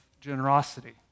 generosity